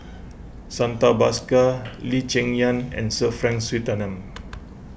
Santha Bhaskar Lee Cheng Yan and Sir Frank Swettenham